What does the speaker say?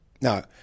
Now